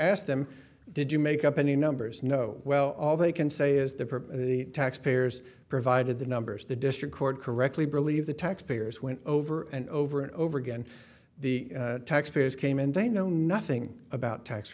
ask them did you make up any numbers no well all they can say is the purpose of the taxpayers provided the numbers the district court correctly believe the taxpayers went over and over and over again the taxpayers came in they know nothing about tax